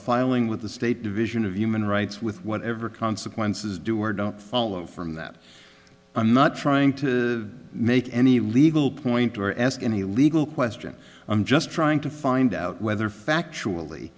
filing with the state division of human rights with whatever consequences do or don't follow from that i'm not trying to make any legal point or ask any legal question i'm just trying to find out whether factual